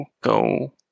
go